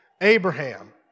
Abraham